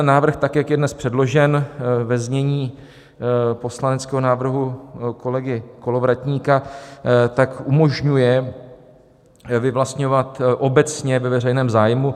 Návrh, jak je dnes předložen, ve znění poslaneckého návrhu kolegy Kolovratníka, umožňuje vyvlastňovat obecně ve veřejném zájmu.